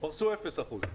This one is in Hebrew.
פרסו אפס אחוז.